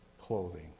clothing